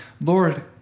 Lord